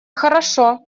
хорошо